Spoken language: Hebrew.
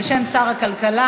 בשם שר הכלכלה.